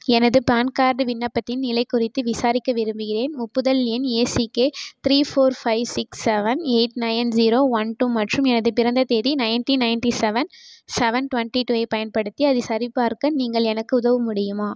எனது PAN card விண்ணப்பத்தின் நிலை குறித்து விசாரிக்க விரும்புகிறேன் ஒப்புதல் எண் A C K three four five six seven eight nine zero one two மற்றும் எனது பிறந்த தேதி nineteen ninety seven seven twenty two ஐப் பயன்படுத்தி அதைச் சரிபார்க்க நீங்கள் எனக்கு உதவ முடியுமா